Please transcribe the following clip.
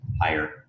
higher